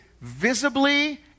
visibly